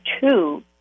two